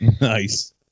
Nice